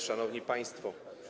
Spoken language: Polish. Szanowni Państwo!